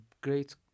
great